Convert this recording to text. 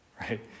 right